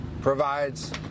Provides